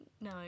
No